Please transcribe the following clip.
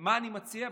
מה אני מציע?